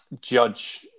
judge